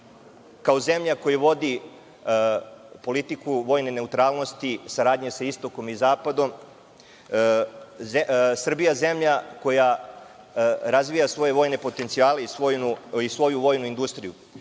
kao zemlja koja vodi politiku vojne neutralnosti, saradnje sa istokom i zapadom, Srbija je zemlja koja razvija svoje vojne potencijale i svoju vojnu industriju. Želim